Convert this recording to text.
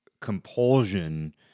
compulsion